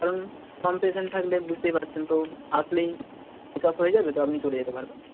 কারণ কম পেশেন্ট থাকলে বুঝতেই পারছেন তো আসলেই চেক আপ হয়ে যাবে তো আপনি চলে যেতে পারবেন